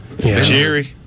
Jerry